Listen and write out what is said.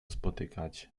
spotykać